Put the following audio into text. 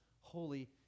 Holy